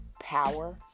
Power